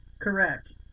Correct